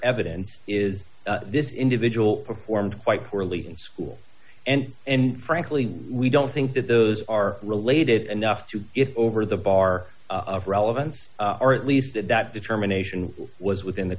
evidence is this individual performed quite poorly in school and and frankly we don't think that those are related and nuff to get over the bar of relevance or at least that determination was within the